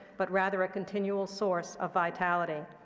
but rather a continual source of vitality.